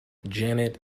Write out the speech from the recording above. janet